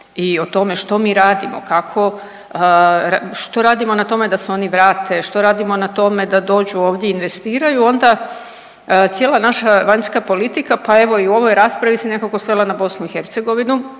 i o tome što mi radimo, kako, što radimo na tome da se oni vrate, što radimo na tome da dođu ovdje investiraju onda cijela naša vanjska politika pa evo i u ovoj raspravi se nekako svela na BiH. A kolega